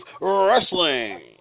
Wrestling